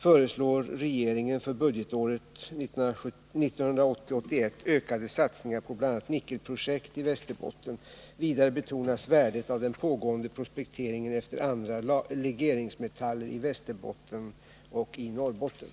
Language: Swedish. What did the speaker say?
17 s. 123) föreslår regeringen för budgetåret 1980/81 ökade satsningar på bl.a. nickelprojekt i Västerbotten. Vidare betonas värdet av den pågående prospekteringen efter andra legeringsmetaller i Västerbotten och i Norrbotten.